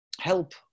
help